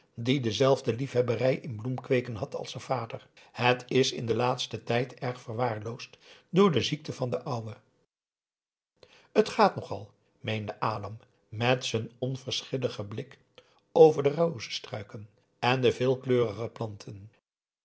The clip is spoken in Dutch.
die dezelfde liefbebberij in bloemkweeken had als z'n vader het is in den laatsten tijd erg verwaarloosd door de ziekte van den ouwen het gaat nogal meende adam met z n onverschilligen blik over de rozestruiken en de veelkleurige planten